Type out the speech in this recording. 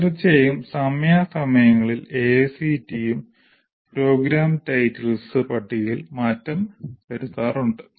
തീർച്ചയായും സമയാസമയങ്ങളിൽ AICTE ഉം പ്രോഗ്രാം ശീർഷകങ്ങളുടെ പട്ടികയിൽ മാറ്റം വരുത്താറുണ്ട്